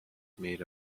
made